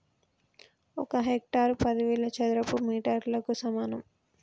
ఒక హెక్టారు పదివేల చదరపు మీటర్లకు సమానం